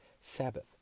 Sabbath